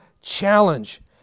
challenge